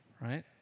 right